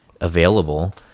available